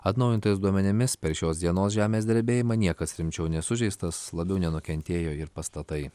atnaujintais duomenimis per šios dienos žemės drebėjimą niekas rimčiau nesužeistas labiau nenukentėjo ir pastatai